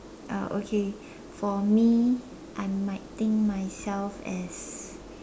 uh okay for me I might think myself as